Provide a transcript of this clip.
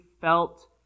felt